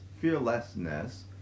fearlessness